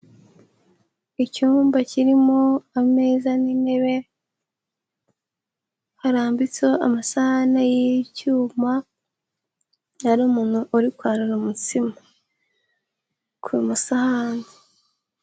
Icyumba kirimo ameza n'intebe harambitseho amasahane y'icyuma, hari umuntu uri kwarura umutsima ku masahani.